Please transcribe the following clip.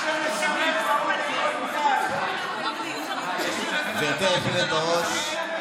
גברתי היושבת-ראש,